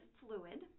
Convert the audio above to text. fluid